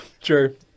true